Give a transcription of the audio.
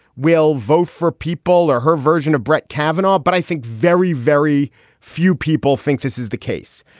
will vote for people or her version of brett kavanaugh. but i think very, very few people think this is the case.